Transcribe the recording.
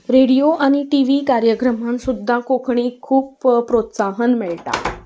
radio आनी T V कार्यक्रमान सुद्दा कोंकणीक खूब प्रोत्साहन मेळटा